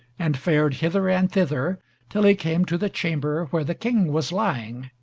and fared hither and thither till he came to the chamber where the king was lying.